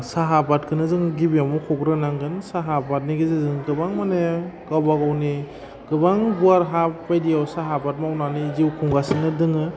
साहा आबादखौनो जों गिबियाव मख'ग्रोनांगोन साहा आबादनि गेजेरजों गोबां माने गाबागावनि गोबां गुवार हा बायदियाव साहा आबाद मावनानै जिउ खुंगासिनो दोङो